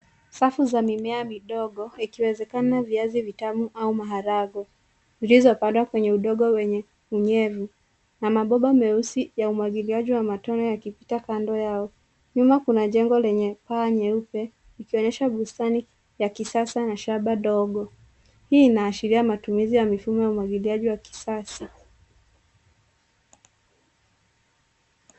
Safu za mimea midogo ikiwezekana viazi vitamu au maharagwe vilizopandwa kwenye udongo wenye unyevu na mabomba meusi ya umwagiliaji wa matone yakipita kando yao. Nyuma kuna jengo lenye paa nyeupe ikionyesha bustani ya kisasa na shamba ndogo. Hii inaashiria matumizi ya mifumo ya umwagiliaji wa kisasa.